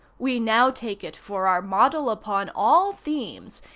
we now take it for our model upon all themes,